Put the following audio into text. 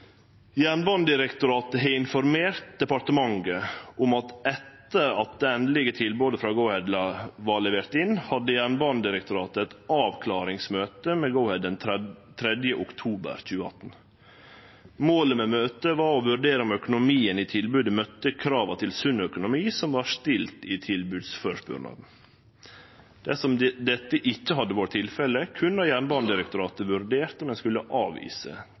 Jernbanedirektoratet har informert departementet om at etter at det endelege tilbodet frå Go-Ahead var levert inn, hadde Jernbanedirektoratet eit avklaringsmøte med Go-Ahead 3. oktober 2018. Målet med møtet var å vurdere om økonomien i tilbodet møtte dei krava til sunn økonomi som vart stilte i tilbodsførespurnaden. Dersom dette ikkje hadde vore tilfellet, kunne Jernbanedirektoratet vurdert om ein skulle avvise